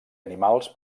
animals